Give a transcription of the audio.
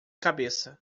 cabeça